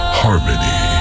harmony